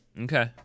Okay